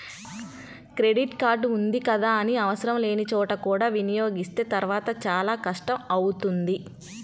credit card ఉంది కదా అని ఆవసరం లేని చోట కూడా వినియోగిస్తే తర్వాత చాలా కష్టం అవుతుంది